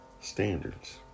standards